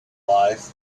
life